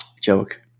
joke